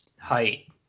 height